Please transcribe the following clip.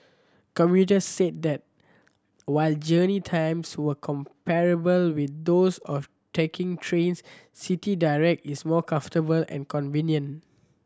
commuters said that while journey times were comparable with those of taking trains City Direct is more comfortable and convenient